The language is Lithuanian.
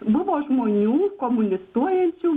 buvo žmonių komunistuojančių